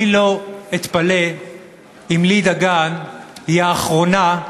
אני לא אתפלא אם לי דגן היא לא האחרונה,